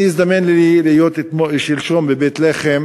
הזדמן לי להיות שלשום בבית-לחם